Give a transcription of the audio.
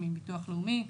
עם ביטוח לאומי,